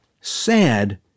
sad